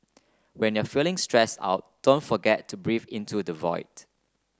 when you are feeling stress out don't forget to breathe into the void